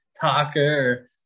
talker